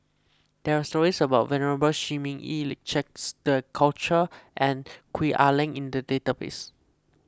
there are stories about Venerable Shi Ming Yi Lee Jacques De Coutre and Gwee Ah Leng in the database